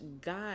God